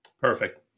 Perfect